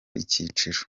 icyiciro